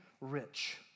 rich